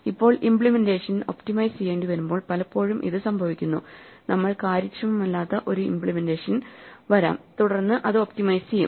ഇപ്പോൾ implementation optimise ചെയ്യേണ്ടിവരുമ്പോൾ പലപ്പോഴും ഇത് സംഭവിക്കുന്നു നമ്മൾ കാര്യക്ഷമമല്ലാത്ത ഒരു ഇമ്പ്ലിമെന്റേഷൻ വരാം തുടർന്ന് അത് ഒപ്റ്റിമൈസ് ചെയ്യും